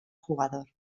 jugador